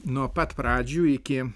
nuo pat pradžių iki